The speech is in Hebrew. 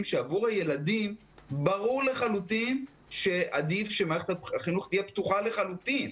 שעבור הילדים ברור לחלוטין שעדיף שמערכת החינוך תהיה פתוחה לחלוטין.